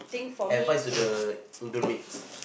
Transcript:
advice to the Indo maids